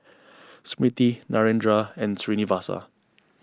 Smriti Narendra and Srinivasa